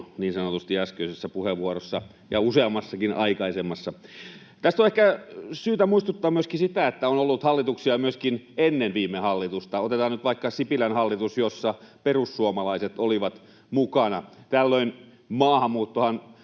niin sanotusti äskeisessä puheenvuorossa, ja useammassakin aikaisemmassa. Tässä on ehkä syytä muistuttaa myöskin siitä, että on ollut hallituksia myöskin ennen viime hallitusta. Otetaan nyt vaikka Sipilän hallitus, jossa perussuomalaiset olivat mukana. Maahanmuuttajiahan